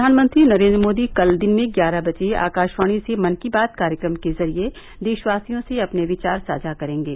प्रधानमंत्री नरेन्द्र मोदी कल दिन में ग्यारह बजे आकाशवाणी से मन की बात कार्यक्रम के जरिये देशवासियों से अपने विचार साझा करेंगे